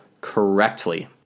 correctly